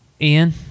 Ian